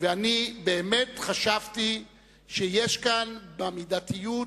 ואני באמת חשבתי שיש כאן, מבחינת המידתיות,